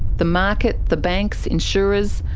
the market, the banks, insurers,